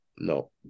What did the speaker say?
No